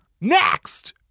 Next